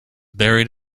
buried